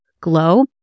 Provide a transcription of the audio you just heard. glow